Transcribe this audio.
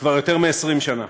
כבר יותר מ-20 שנה.